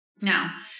Now